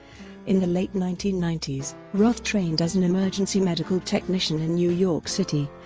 in the late nineteen ninety s, roth trained as an emergency medical technician in new york city,